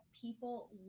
people